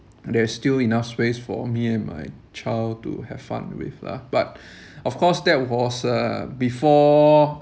there's still enough space for me and my child to have fun with lah but of course that was uh before